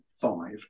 five